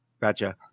Gotcha